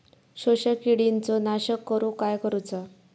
शोषक किडींचो नाश करूक काय करुचा?